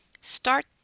start